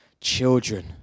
Children